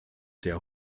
der